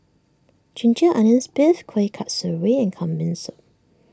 Ginger Onions Beef Kueh Kasturi and Kambing Soup